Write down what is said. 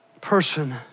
person